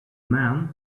man